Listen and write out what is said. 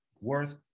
worth